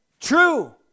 True